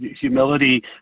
humility